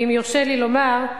ואם יורשה לי לומר,